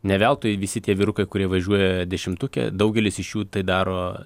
ne veltui visi tie vyrukai kurie važiuoja dešimtuke daugelis iš jų tai daro